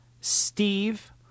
steve